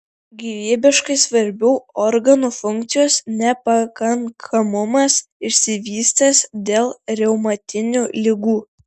gyvybiškai svarbių organų funkcijos nepakankamumas išsivystęs dėl reumatinių ligų